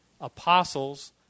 apostles